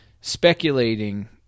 speculating